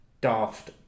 Daft